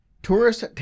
Tourists